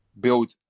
build